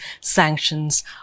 sanctions